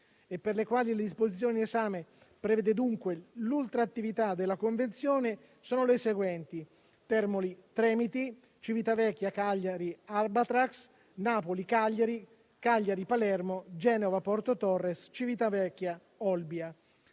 e per le quali le disposizioni in esame prevedono dunque l'ultrattività della convenzione sono le seguenti: Termoli-Tremiti, Civitavecchia-Cagliari-Arbatax, Napoli-Cagliari, Cagliari-Palermo, Genova-Porto Torres, Civitavecchia-Olbia.